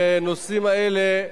והנושאים האלה,